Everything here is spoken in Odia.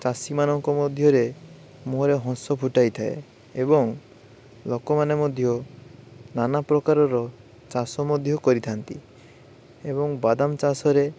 ଚାଷୀ ମାନଙ୍କ ମଧ୍ୟରେ ମୁହଁରେ ହସ ଫୁଟାଇ ଥାଏ ଏବଂ ଲୋକମାନେ ମଧ୍ୟ ନାନା ପ୍ରକାରର ଚାଷ ମଧ୍ୟ କରିଥାନ୍ତି ଏବଂ ବାଦାମ ଚାଷରେ